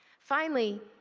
finally,